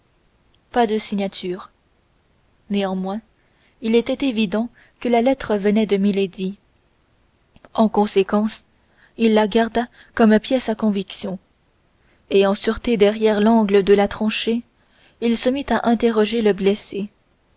pas de signature néanmoins il était évident que la lettre venait de milady en conséquence il la garda comme pièce à conviction et en sûreté derrière l'angle de la tranchée il se mit à interroger le blessé